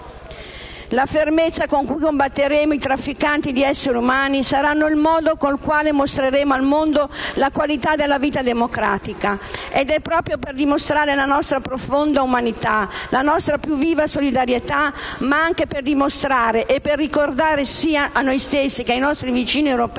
la fermezza con cui combatteremo i trafficanti di essere umani saranno il modo con il quale mostreremo al mondo la qualità della vita democratica». Ed è proprio per dimostrare la nostra profonda umanità, la nostra più viva solidarietà, ma anche per dimostrare e per ricordare sia a noi stessi che ai nostri vicini europei